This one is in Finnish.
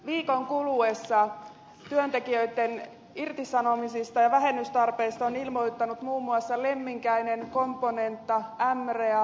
viikon kuluessa työntekijöitten irtisanomisista ja vähennystarpeista on ilmoittanut muun muassa lemminkäinen componenta m real ja ahlström